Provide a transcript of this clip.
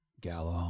Gallo